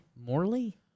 Morley